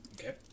Okay